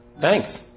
Thanks